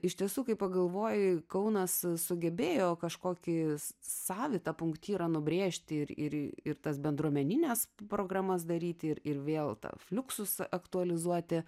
iš tiesų kai pagalvoji kaunas sugebėjo kažkokį savitą punktyrą nubrėžti ir ir ir tas bendruomenines programas daryti ir ir vėl tą fluxus aktualizuoti